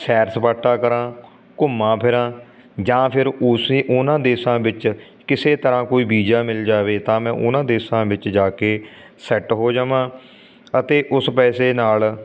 ਸੈਰ ਸਪਾਟਾ ਕਰਾਂ ਘੁੰਮਾਂ ਫਿਰਾਂ ਜਾਂ ਫਿਰ ਉਸੇ ਉਹਨਾਂ ਦੇਸ਼ਾਂ ਵਿੱਚ ਕਿਸੇ ਤਰ੍ਹਾਂ ਕੋਈ ਵੀਜ਼ਾ ਮਿਲ ਜਾਵੇ ਤਾਂ ਮੈਂ ਉਹਨਾਂ ਦੇਸ਼ਾਂ ਵਿੱਚ ਜਾ ਕੇ ਸੈੱਟ ਹੋ ਜਾਵਾਂ ਅਤੇ ਉਸ ਪੈਸੇ ਨਾਲ